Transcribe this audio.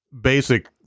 basic